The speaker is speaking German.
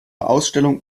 ausstellung